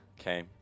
Okay